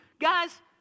Guys